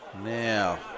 Now